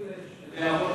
מסכים להעביר